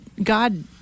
God